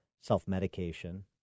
self-medication